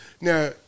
Now